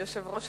יושב-ראש הכנסת.